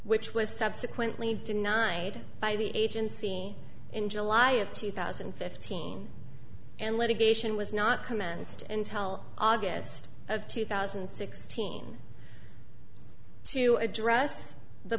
which was subsequently denied by the agency in july of two thousand and fifteen and litigation was not commenced in tel august of two thousand and sixteen to address the